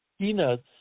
peanuts